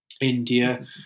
India